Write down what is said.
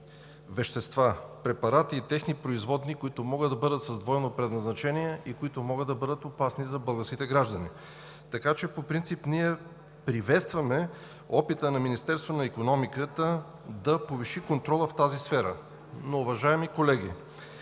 вещества, препарати и техни производни, които могат да бъдат с двойно предназначение и които могат да бъдат опасни за българските граждани. Така че по принцип приветстваме опита на Министерството на икономиката да повиши контрола в тази сфера. Но, уважаеми колеги,